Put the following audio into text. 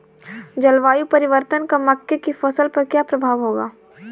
जलवायु परिवर्तन का मक्के की फसल पर क्या प्रभाव होगा?